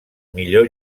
millor